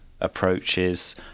approaches